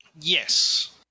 Yes